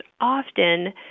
often